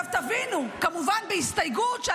זה החוק הקיים.